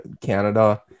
Canada